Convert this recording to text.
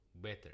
better